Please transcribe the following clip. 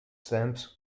stamps